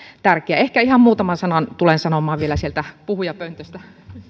tärkeää ehkä ihan muutaman sanan tulen sanomaan vielä sieltä puhujapöntöstä